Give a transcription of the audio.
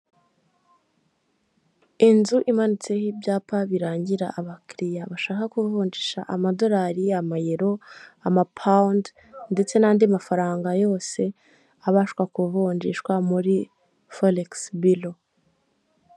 Inzu imanitseho ibyapa birangira abakiriya bashaka kuvunjisha amadolari, amayero, amapawundi ndetse n'andi mafaranga yose abashwa kuvunjishwa muri foregisi biro.